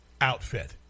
outfit